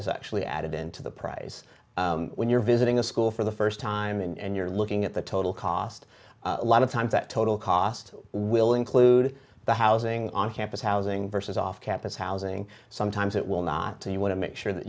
is actually added into the prize when you're visiting a school for the first time and you're looking at the total cost a lot of times that total cost will include the housing on campus housing versus off campus housing sometimes it will not to you want to make sure that